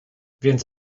więc